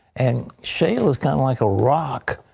and shale is kind of like a rock.